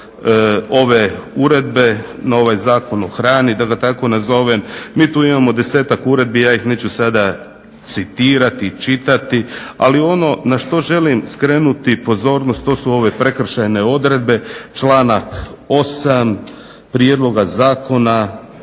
ove uredbe, na ovaj Zakon o hrani, da ga tako nazovem. Mi tu imamo 10-ak uredbi, ja ih neću sada citirati i čitati, ali ono na što želim skrenuti pozornost to su ove prekršajne odredbe članak 8. prijedloga zakona,